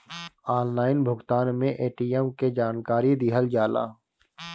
Online भुगतान में ATM के जानकारी दिहल जाला?